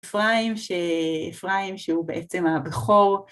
אפריים... אפריים שהוא בעצם הבכור.